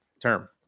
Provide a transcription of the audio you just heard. term